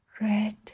red